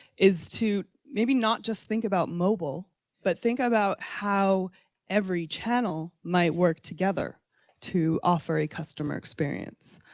is to maybe not just think about mobile but think about how every channel might work together to offer a customer experience.